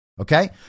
Okay